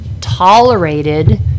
tolerated